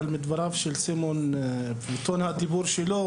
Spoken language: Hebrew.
אבל מדבריו של סימון וטון הדיבור שלו